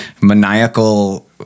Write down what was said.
maniacal